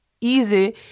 easy